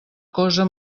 cosa